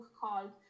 called